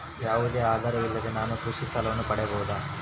ಯಾವುದೇ ಆಧಾರವಿಲ್ಲದೆ ನಾನು ಕೃಷಿ ಸಾಲವನ್ನು ಪಡೆಯಬಹುದಾ?